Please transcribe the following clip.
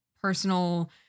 personal